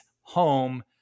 home